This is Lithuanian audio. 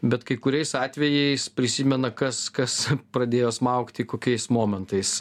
bet kai kuriais atvejais prisimena kas kas pradėjo smaugti kokiais momentais